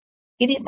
ఇది మరొకటి